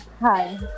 Hi